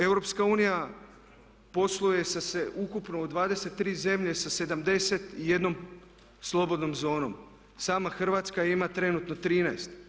EU posluje sa ukupno u 23 zemlje sa 71 slobodnom zonom, sama Hrvatska ima trenutno 13.